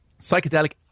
psychedelic